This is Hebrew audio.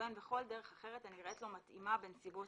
ובין בכל דרך אחרת הנראית לו מתאימה בנסיבות